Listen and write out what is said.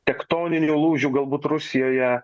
tektoninių lūžių galbūt rusijoje